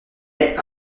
est